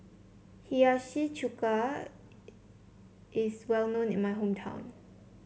Hiyashi Chuka is well known in my hometown